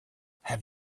have